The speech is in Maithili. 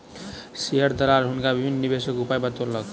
शेयर दलाल हुनका विभिन्न निवेशक उपाय बतौलक